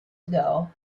ago